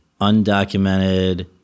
undocumented